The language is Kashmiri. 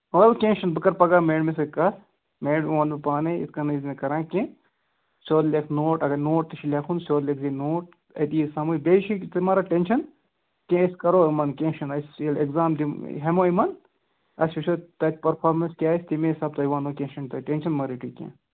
وَلہٕ کیٚنٛہہ چھُنہٕ بہٕ کَرٕ پَگاہ میڈمہِ سۭتۍ کَتھ میڈم وَنہٕ بہٕ پانَے یِتھٕ کَنۍ ٲسۍ زِنہٕ کَران کیٚنٛہہ سیوٚد لیکھ نوٹ اگر نوٹ تہِ چھی لیکھُن سیوٚد لیکھ زِ یہِ نوٹ أتی یی سَمج بیٚیہِ چھی ژٕ ما رَٹھ ٹٮ۪نشَن کیٚنٛہہ أسۍ کَرو یِمَن کیٚنٛہہ چھُنہٕ أسۍ ییٚلہِ اٮ۪کزام دِم ہٮ۪مو یِمَن أسۍ وٕچھو تَتہِ پٔرفارمَنس کیٛاہ آسہِ تَمی حسابہٕ تۄہہِ وَنو کیٚنٛہہ چھُنہٕ تۄہہِ ٹٮ۪نشَن ما رٔٹِو کیٚنٛہہ